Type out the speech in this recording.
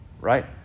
right